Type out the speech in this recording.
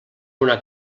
una